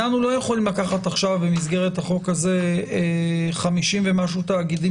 אנחנו לא יכולים לקחת עכשיו במסגרת החוק הזה 50 ומשהו תאגידים